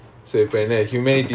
she hated it so